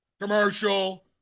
commercial